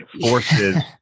forces